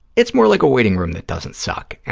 it's more like a waiting room that doesn't suck. and